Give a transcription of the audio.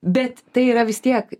bet tai yra vis tiek